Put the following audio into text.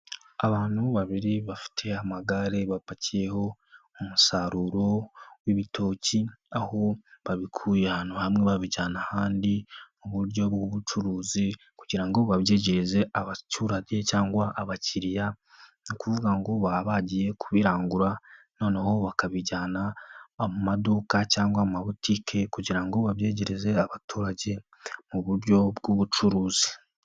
Abantu babiri bafite amagare bapakiyeho umusaruro w'ibitoki, aho babikuye ahantu hamwe babijyana ahandi mu buryo bw'ubucuruzi kugira ngo babyejeze abaturage cyangwa abakiriya, ni ukuvuga ngo baba bagiye kubirangura noneho bakabijyana mu maduka cyangwa mu mabutike kugira ngo babyegereze abaturage mu buryo bw'ubucuruzi.